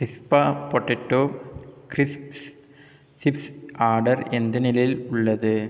சிஸ்பா potato crisps chips order எந்த நிலையில் உள்ளது